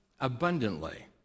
abundantly